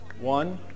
One